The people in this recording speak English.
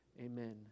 Amen